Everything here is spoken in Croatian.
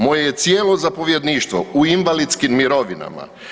Moje je cijelo zapovjedništvo u invalidskim mirovinama.